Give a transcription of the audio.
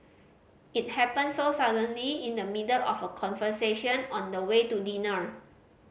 it happened so suddenly in the middle of a conversation on the way to dinner